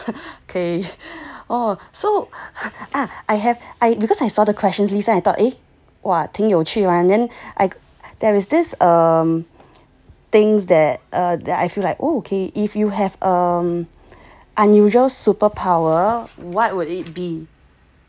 okay oh so uh I have I because I saw the questions list then I thought eh !wah! 挺有趣 [one] then I there is this um things that uh that I feel like oo okay if you have um unusual superpower what would it be